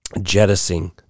jettisoning